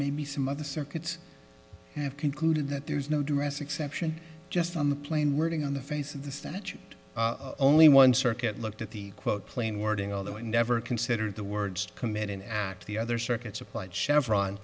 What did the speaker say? maybe some of the circuits have concluded that there is no dress exception just on the plane wording on the face of the statute only one circuit looked at the quote plain wording although it never considered the words to commit an act the other circuits applied chevron